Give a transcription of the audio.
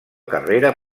carrera